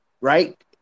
Right